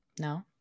No